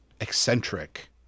eccentric